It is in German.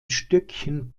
stöckchen